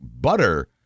butter